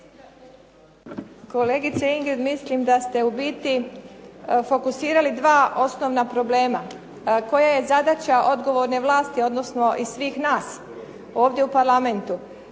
Kolegice Ingrid, mislim da ste u biti fokusirali dva osnovna problema, koja je zadaća odgovorne vlasti, odnosno i svih nas ovdje u Parlamentu.